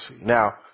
Now